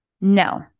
No